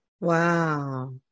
Wow